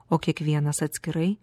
o kiekvienas atskirai